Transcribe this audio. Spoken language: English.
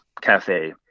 cafe